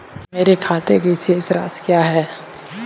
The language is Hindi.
मेरे खाते की शेष राशि क्या है?